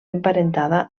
emparentada